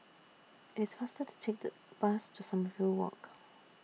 It's faster to Take The Bus to Sommerville Walk